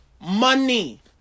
money